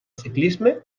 ciclisme